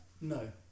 No